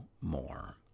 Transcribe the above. more